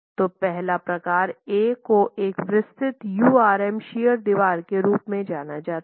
तो पहले प्रकार A को एक विस्तृत URM शियर दीवार के रूप में जाना जाता है